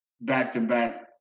back-to-back